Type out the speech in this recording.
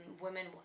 women